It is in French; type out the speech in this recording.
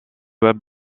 web